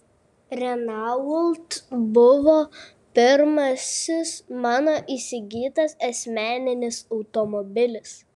renault buvo pirmasis mano įsigytas asmeninis automobilis